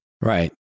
Right